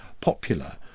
popular